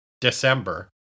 December